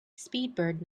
speedbird